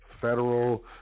federal